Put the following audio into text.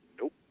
Nope